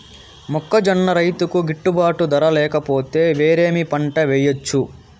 మొక్కజొన్న రైతుకు గిట్టుబాటు ధర లేక పోతే, వేరే ఏమి పంట వెయ్యొచ్చు?